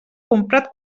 comprat